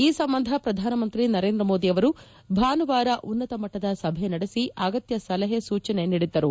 ಈ ಸಂಬಂಧ ಪ್ರಧಾನಮಂತ್ರಿ ನರೇಂದ್ರ ಮೋದಿ ಅವರು ಭಾನುವಾರ ಉನ್ನತ ಮಟ್ಟದ ಸಭೆ ನಡೆಸಿ ಅಗತ್ಯ ಸಲಹೆ ಸೂಚನೆ ನೀಡಿದ್ದರು